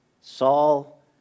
Saul